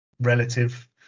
relative